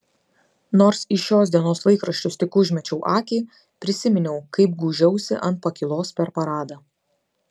nors į šios dienos laikraščius tik užmečiau akį prisiminiau kaip gūžiausi ant pakylos per paradą